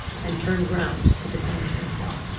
and turned round to defend myself.